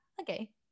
okay